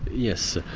yes.